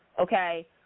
Okay